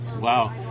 wow